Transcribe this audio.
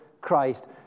Christ